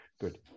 good